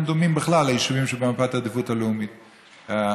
דומים בכלל ליישובים שבמפת העדיפות הלאומית היהודיים.